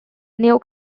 new